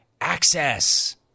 access